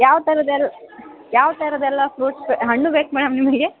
ಯಾವ ಥರದ್ದೆಲ್ಲ ಯಾವ ಥರದ್ದೆಲ್ಲ ಫ್ರೂಟ್ಸ್ ಹಣ್ಣು ಬೇಕು ಮೇಡಮ್ ನಿಮಗೆ